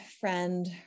friend